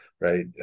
right